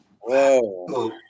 Whoa